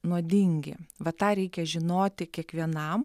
nuodingi va tą reikia žinoti kiekvienam